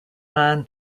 man